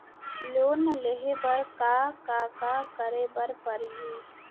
Loan लेहे बर का का का करे बर परहि?